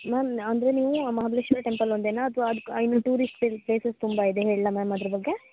ma'am ಅಂದರೆ ನೀವು ಆ ಮಹಾಬಲೇಶ್ವರ ಟೆಂಪಲ್ ಒಂದೇನ ಅಥ್ವ ಅದು ಇನ್ನು ಟೂರಿಸ್ಟ್ ಪ್ಲೇಸಸ್ ತುಂಬ ಇದೆ ಹೇಳ್ಳಾ ಮ್ಯಾಮ್ ಅದ್ರ ಬಗ್ಗೆ